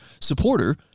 supporter